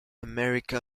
america